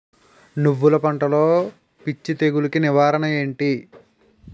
నువ్వులు పంటలో పిచ్చి తెగులకి నివారణ ఏంటి?